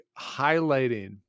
highlighting